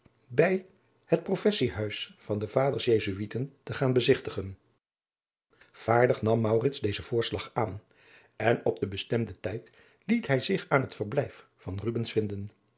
bij het professiehuis van de vaders jesuiten te gaan bezigtigen vaardig nam maurits dezen voorslag aan en op den bestemden tijd liet hij zich aan het verblijf van rubbens vinden